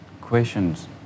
questions